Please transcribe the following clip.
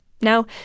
Now